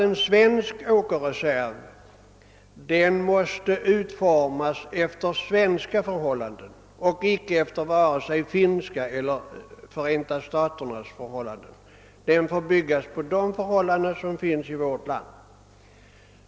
En svensk åkerreserv måste självfallet utformas efter svenska förhållanden, icke efter vare sig finska eller amerikanska förhållanden. Den får som sagt byggas på de förhållanden som råder i vårt land.